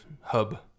hub